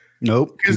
Nope